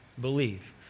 believe